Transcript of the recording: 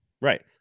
Right